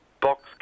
box